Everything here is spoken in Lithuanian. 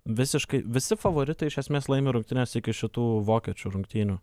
visiškai visi favoritai iš esmės laimi rungtynes iki šitų vokiečių rungtynių